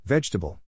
Vegetable